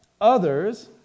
Others